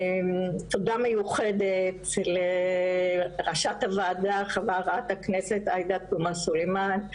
תודה מיוחדת לראש הוועדה חברת הכנסת עאידה תומא סולימאן,